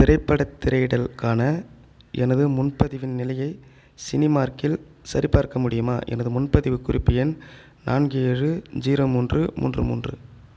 திரைப்படத் திரையிடல்கான எனது முன்பதிவின் நிலையை சினிமார்க்கில் சரிபார்க்க முடியுமா எனது முன்பதிவு குறிப்பு எண் நான்கு ஏழு ஜீரோ மூன்று மூன்று மூன்று